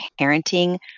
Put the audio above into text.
Parenting